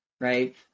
right